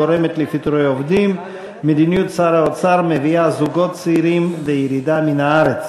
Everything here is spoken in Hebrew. גורמת לפיטורי עובדים ומביאה זוגות צעירים לירידה מן הארץ.